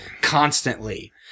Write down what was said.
constantly